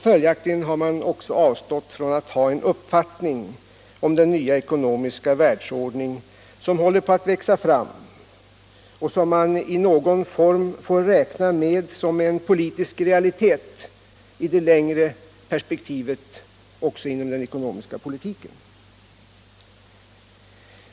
Följaktligen har man också avstått från att ha en uppfattning om den nya ekonomiska världsordning som håller på att växa fram och som vi i någon form får räkna med som en politisk realitet i det längre perspektivet även inom den ekonomiska politiken.